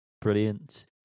brilliant